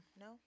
No